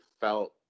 felt